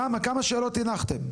כמה, כמה שאלות הנחתם?